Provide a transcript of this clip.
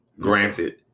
Granted